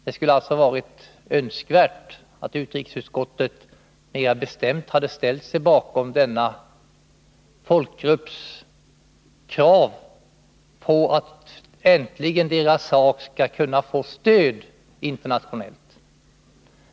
Det skulle alltså ha varit önskvärt att utrikesutskottet mera bestämt hade ställt sig bakom denna folkgrupps krav på att dess sak äntligen skall kunna få internationellt stöd.